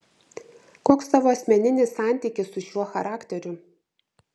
koks tavo asmeninis santykis su šiuo charakteriu